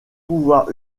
pouvoir